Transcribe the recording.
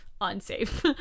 unsafe